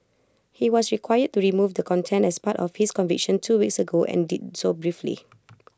he was required to remove the content as part of his conviction two weeks ago and did so briefly